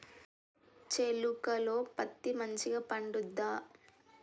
చేలుక లో పత్తి మంచిగా పండుద్దా?